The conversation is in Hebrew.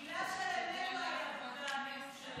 תודה לחברת הכנסת שלי